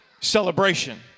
celebration